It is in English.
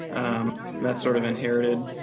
um that's sort of inherited,